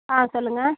ஆ சொல்லுங்கள்